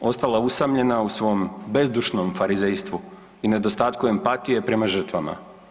ostala usamljena u svom bezdušnom farizejstvu i nedostatku empatije prema žrtvama.